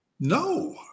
No